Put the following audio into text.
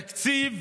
תקציב